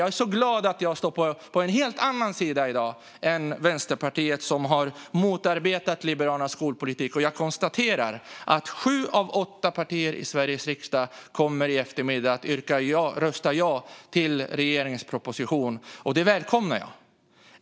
Jag är glad att jag i dag står på en helt annan sida än Vänsterpartiet, som har motarbetat Liberalernas skolpolitik. Jag konstaterar att sju av åtta partier i Sveriges riksdag i eftermiddag kommer att rösta ja till regeringens proposition, och det välkomnar jag.